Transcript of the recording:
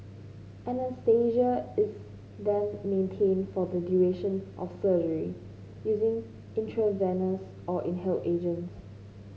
anaesthesia is then maintained for the duration of surgery using intravenous or inhaled agents